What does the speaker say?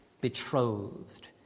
Betrothed